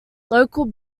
local